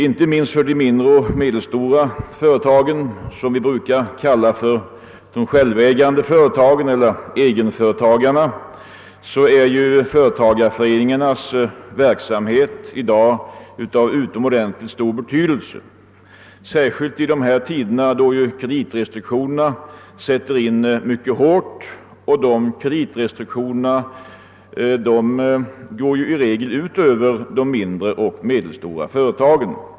Inte minst för de mindre och medelstora företagen, som vi brukar kalla de självägande företagen eller egenföretagarna, är företagareföreningarnas verksamhet av utomordentligt stor betydelse, särskilt i dessa tider då kreditrestriktionerna slår mycket hårt. Dessa restriktioner går i regel ut över de mindre och medelstora företagen.